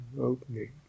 opening